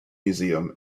museum